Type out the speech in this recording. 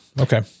Okay